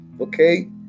Okay